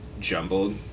jumbled